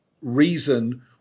reason